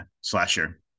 slasher